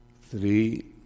Three